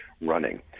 running